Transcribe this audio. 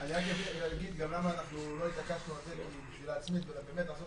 רק אגיד למה לא התעקשנו להצמיד אלא לעשות